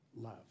love